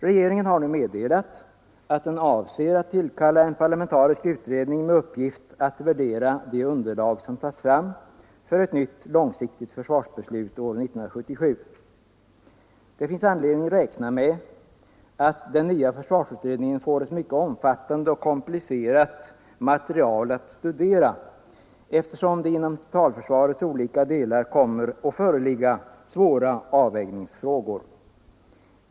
Regeringen har nu meddelat att den avser att tillkalla en parlamentarisk utredning med uppgift att värdera det underlag som tas fram för ett nytt långsiktigt försvarsbeslut år 1977. Det finns anledning räkna med att den nya försvarsutredningen får ett mycket omfattande och komplicerat material att studera, eftersom det inom totalförsvarets olika delar kommer att föreligga svåra avvägningsfrågor.